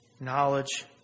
knowledge